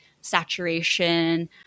saturation